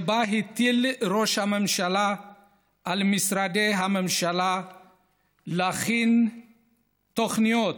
ובה הטיל ראש הממשלה על משרדי הממשלה להכין תוכניות